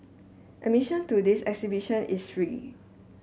admission to this exhibition is free